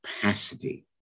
capacity